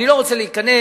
אני לא רוצה להיכנס,